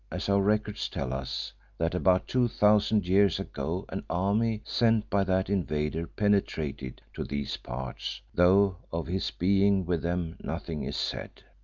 as our records tell us that about two thousand years ago an army sent by that invader penetrated to these parts, though of his being with them nothing is said.